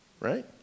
right